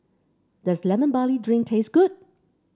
does Lemon Barley Drink taste good